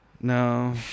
No